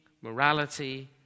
morality